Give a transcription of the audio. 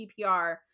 CPR